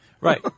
Right